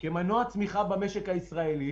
כשהכול מוסכם והכול ידוע,